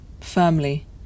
firmly